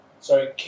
Sorry